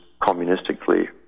communistically